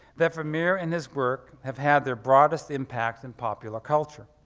that vermeer and his work have had their broadest impact in popular culture.